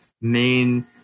main